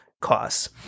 costs